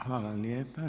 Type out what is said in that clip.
Hvala lijepa.